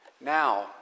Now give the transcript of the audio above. Now